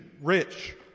Rich